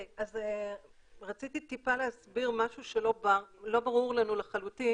רציתי להסביר משהו שלא ברור לנו לחלוטין